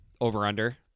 over-under